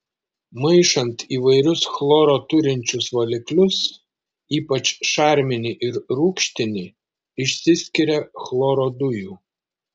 maišant įvairius chloro turinčius valiklius ypač šarminį ir rūgštinį išsiskiria chloro dujų